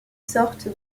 sorte